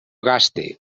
gaste